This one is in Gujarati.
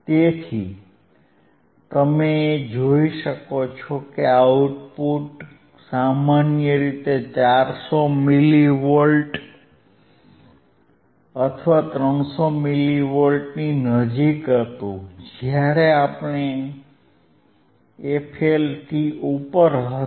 તેથી તમે જોઈ શકો છો કે આઉટપુટ સામાન્ય રીતે 400 મિલી વોલ્ટ અથવા 300 મિલી વોલ્ટની નજીક હતું જ્યારે આપણે fL થી ઉપર હતા